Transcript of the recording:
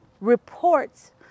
reports